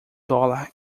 dólar